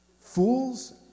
Fools